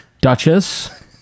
Duchess